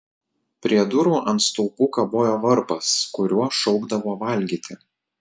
prie durų ant stulpų kabojo varpas kuriuo šaukdavo valgyti